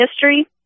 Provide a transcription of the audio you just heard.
history